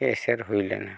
ᱮᱥᱮᱨ ᱦᱩᱭᱞᱮᱱᱟ